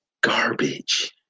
garbage